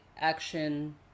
action